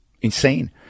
insane